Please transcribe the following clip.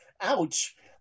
Ouch